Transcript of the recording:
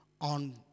on